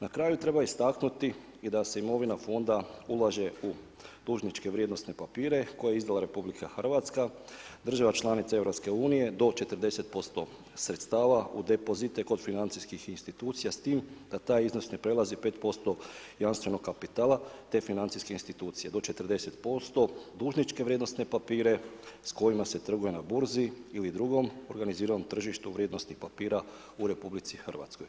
Na kraju treba istaknuti i da se imovina fonda ulaže u dužničke vrijednosne papire koje je izdala RH, država članica EU do 40% sredstva u depozite kod financijskih institucija s time da taj iznos ne prelazi 5% jamstvenog kapitala te financijske institucije do 40% dužničke vrijednosne papire s kojima se trguje na burzi ili drugom organiziranom tržištu vrijednosnih papira u RH.